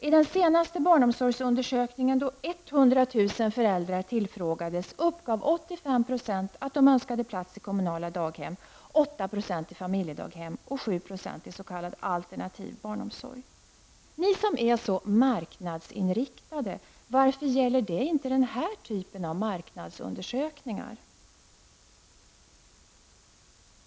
I den senaste barnomsorgsundersökningen, då 100 000 föräldrar tillfrågades, uppgav 85 % att de önskade plats i kommunala daghem, 8 % i familjedaghem och 7 % i s.k. alternativ barnomsorg. Ni som är så marknadsinriktade, varför gäller det inte den här typen av marknadsundersökningar?